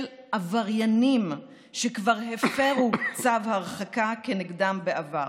עבריינים שכבר הפרו צו הרחקה כנגדם בעבר.